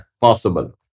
possible